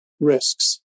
risks